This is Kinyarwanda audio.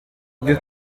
bwe